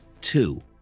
two